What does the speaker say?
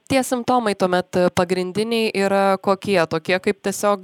tie simptomai tuomet pagrindiniai yra kokie tokie kaip tiesiog